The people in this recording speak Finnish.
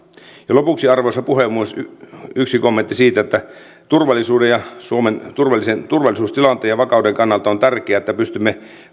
lopuksi arvoisa puhemies yksi kommentti siitä että turvallisuuden ja suomen turvallisuustilanteen ja vakauden kannalta on tärkeää että pystymme